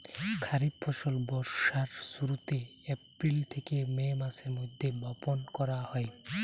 খরিফ ফসল বর্ষার শুরুতে, এপ্রিল থেকে মে মাসের মধ্যে বপন করা হয়